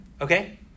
Okay